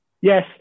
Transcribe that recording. Yes